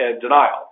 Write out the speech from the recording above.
denial